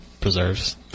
preserves